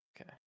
Okay